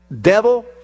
Devil